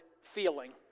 feeling